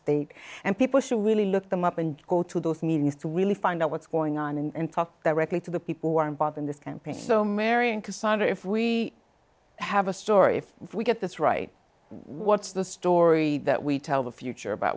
state and people should really look them up and go to those needs to really find out what's going on and talk directly to the people who are involved in this campaign so marion cosigner if we have a story if we get this right what's the story that we tell the future about